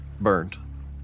Burned